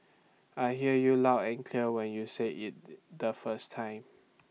I hear you loud and clear when you say IT the first time